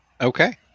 Okay